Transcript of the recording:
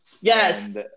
Yes